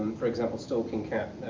for example stalking cat,